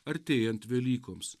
artėjant velykoms